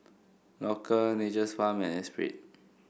Loacker Nature's Farm and Espirit